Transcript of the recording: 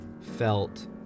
felt